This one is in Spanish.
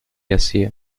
hacía